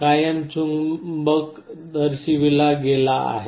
कायम चुंबक दर्शविला गेला आहे